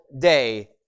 day